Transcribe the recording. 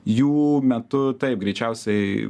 jų metu taip greičiausiai